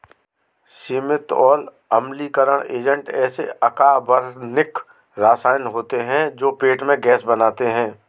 सीमित और अम्लीकरण एजेंट ऐसे अकार्बनिक रसायन होते हैं जो पेट में गैस बनाते हैं